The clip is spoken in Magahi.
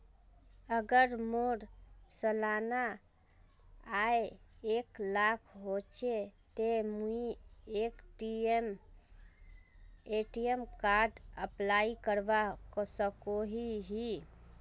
अगर मोर सालाना आय एक लाख होचे ते मुई ए.टी.एम कार्ड अप्लाई करवा सकोहो ही?